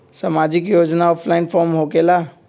समाजिक योजना offline form होकेला?